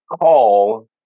call